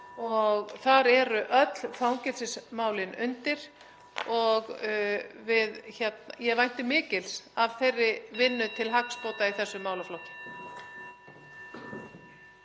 þar eru öll fangelsismálin undir og ég vænti mikils af þeirri vinnu til hagsbóta í þessum málaflokki.